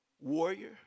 warrior